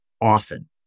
often